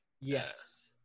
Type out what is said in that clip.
Yes